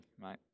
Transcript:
mate